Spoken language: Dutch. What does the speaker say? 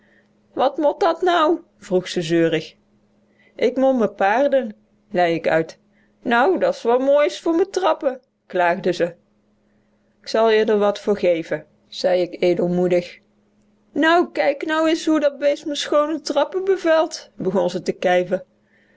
wat mot dat nou vroeg ze zeurig ik mot me paarden lei ik uit nou da's wat moois voor me trappe klaagde ze k zal je d'r wat voor geven zei ik edelmoedig nou kijk nou is hoe dat beest me schoone trappen bevuilt begon ze te kijven